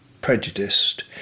prejudiced